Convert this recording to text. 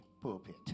pulpit